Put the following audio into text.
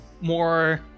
more